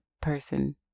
person